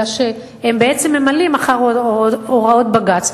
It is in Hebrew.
אלא שהם בעצם ממלאים אחר הוראות בג"ץ,